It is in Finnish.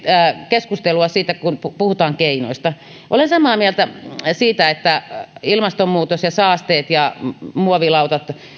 keskustelua siitä kun puhutaan keinoista olen samaa mieltä siitä että ilmastonmuutos saasteet muovilautat